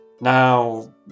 Now